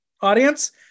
Audience